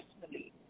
personally